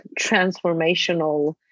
transformational